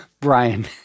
Brian